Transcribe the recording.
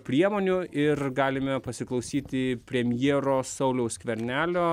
priemonių ir galime pasiklausyti premjero sauliaus skvernelio